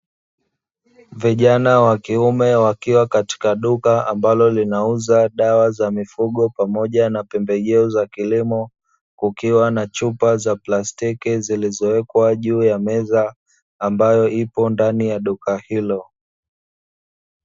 Vijana wa kiume, wakiwa katika duka ambalo linauza dawa za mifugo pamoja na pembejeo za kilimo. Kukiwa na chupa za plastiki zilizowekwa juu ya meza ambayo ipo ndani ya duka hilo.